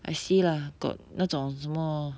I see lah got 那种什么